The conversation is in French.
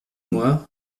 moi